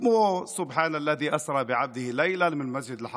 כמו (אומר בערבית: